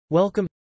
welcome